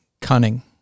cunning